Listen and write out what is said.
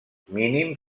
mínim